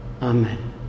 Amen